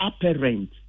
apparent